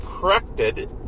corrected